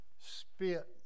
spit